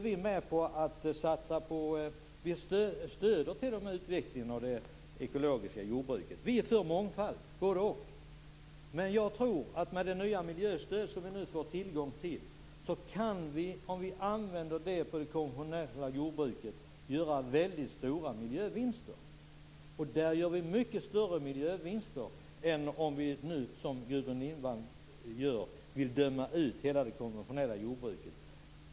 Vi stöder t.o.m. utvecklingen av det ekologiska jordbruket. Vi är för mångfald och vill ha ett både-och. Jag tror dock att man kan göra väldigt stora miljövinster, om man i det konventionella jordbruket använder det nya miljöstöd som man nu får tillgång till. Man gör då mycket större miljövinster än om man, som Gudrun Lindvall gör, dömer ut hela det konventionella jordbruket.